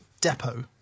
depot